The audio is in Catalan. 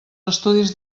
estudis